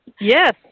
Yes